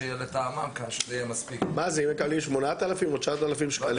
אם זה יהיה 8,000 או 9,000 שקלים?